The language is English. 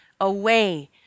away